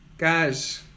Guys